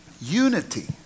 Unity